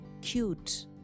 cute